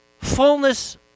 fullness